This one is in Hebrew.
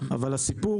אבל הסיפור